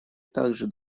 также